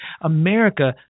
America